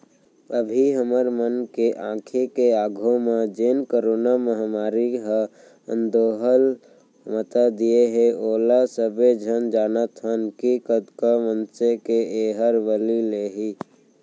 अभी हमर मन के आंखी के आघू म जेन करोना महामारी ह अंदोहल मता दिये हे ओला सबे झन जानत हन कि कतका मनसे के एहर बली लेही